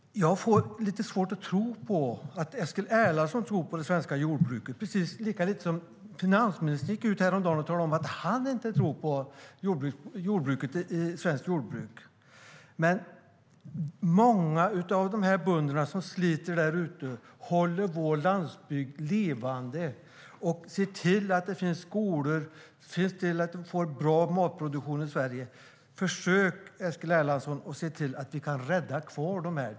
Jag får lite svårt att tro att Eskil Erlandsson tror på det svenska jordbruket, och finansministern gick ut häromdagen och talade om att han inte tror på svenskt jordbruk. Många av bönderna som sliter därute håller vår landsbygd levande och ser till att det finns skolor och ser till att vi får bra matproduktion i Sverige. Försök, Eskil Erlandsson, se till att vi kan rädda kvar dem.